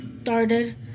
started